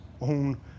own